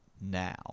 now